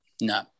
No